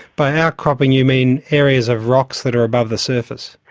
by outcropping you mean areas of rocks that are above the surface.